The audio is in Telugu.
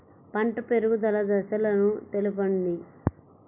పంట పెరుగుదల దశలను తెలపండి?